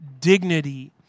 dignity